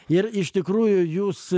ir iš tikrųjų jūs